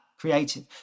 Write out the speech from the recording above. creative